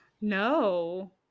No